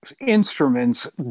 instruments